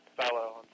fellow